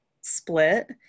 split